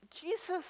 Jesus